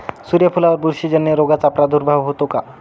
सूर्यफुलावर बुरशीजन्य रोगाचा प्रादुर्भाव होतो का?